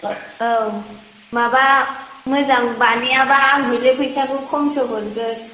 औ माबा मोजां बानायाबा आं हयले फैसाखौ ख'मसो हरगोन